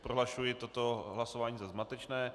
Prohlašuji toto hlasování za zmatečné.